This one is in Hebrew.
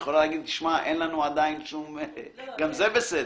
את יכולה לומר: אין לנו עדיין - גם זה בסדר.